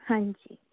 ਹਾਂਜੀ